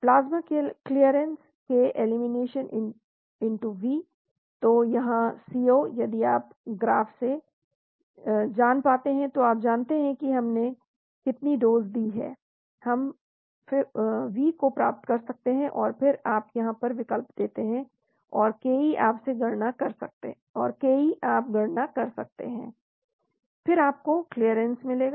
plasma clearance K elimination V तो यहाँ C0 यदि आप ग्राफ से जान पाते हैं तो आप जानते हैं कि हमने कितनी डोज़ दी है हम V को प्राप्त कर सकते हैं और फिर आप यहाँ पर विकल्प देते हैं और Ke आप से गणना कर सकते हैं फिर आपको क्लीयरेंस मिलेगा